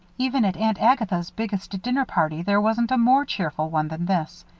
even at aunt agatha's biggest dinner party there wasn't a more cheerful one than this.